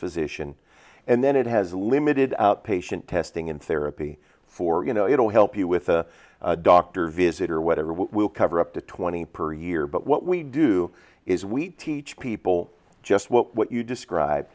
physician and then it has limited outpatient testing and therapy for you know it will help you with a doctor visit or whatever it will cover up to twenty per year but what we do is we teach people just what you describe